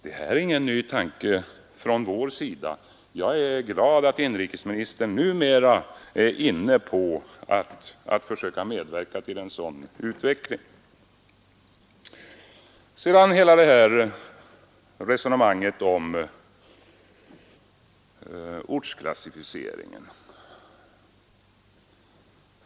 Det här är ingen ny tanke från vår sida, och jag är glad över att inrikesministern numera är inne på att försöka medverka till en sådan utveckling. Sedan hela resonemanget om ortsklassificeringen!